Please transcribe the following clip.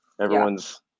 Everyone's